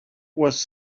was